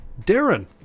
Darren